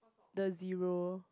the zero